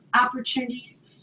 opportunities